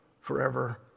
forever